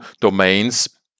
domains